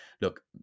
look